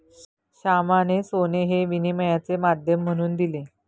श्यामाने सोने हे विनिमयाचे माध्यम म्हणून दिले